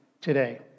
today